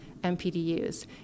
MPDUs